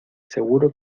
seguro